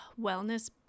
wellness